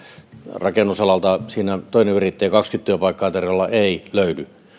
rakennusalalta siinä toinen yrittäjä kaksikymmentä työpaikkaa tarjolla ei löydy meillä